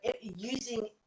using